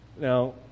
Now